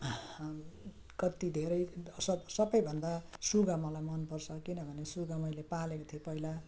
कति धेरै सब सबभन्दा सुगा मलाई मन पर्छ किनभने सुगा मैले पालेको थिएँ पहिला